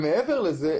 מעבר לזה,